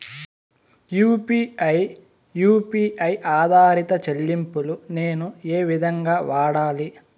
UPI U P I ఆధారిత చెల్లింపులు నేను ఏ విధంగా వాడాలి?